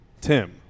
Tim